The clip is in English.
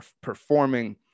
performing